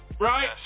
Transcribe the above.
right